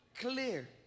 clear